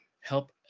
help